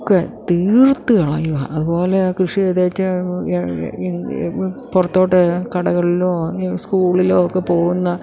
ഒക്കെ തീർത്തു കളയുകയാണ് അതുപോലെ കൃഷി ചെയ്തു വച്ചു പുറത്തോട്ട് കടകളിലോ സ്കൂളിലോ ഒക്കെ പോകുന്നത്